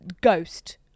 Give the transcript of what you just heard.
ghost